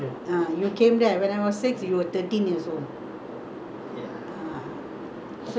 so you came there for the wedding your அண்ணி:anni all everybody not அண்ணி அக்கா அத்தாச்சி:anni akka attachi